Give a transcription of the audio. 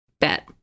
bet